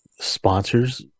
sponsors